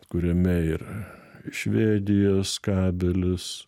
kuriame ir švedijos kabelis